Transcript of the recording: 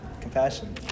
compassion